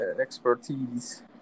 expertise